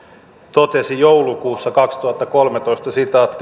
totesi joulukuussa kaksituhattakolmetoista